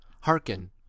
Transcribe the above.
hearken